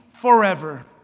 forever